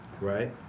right